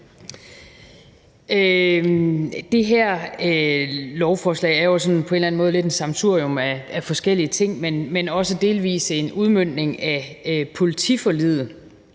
Det her lovforslag er jo også sådan på en eller anden måde lidt et sammensurium af forskellige ting, men også delvis en udmøntning af politiforliget.